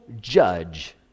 judge